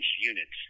units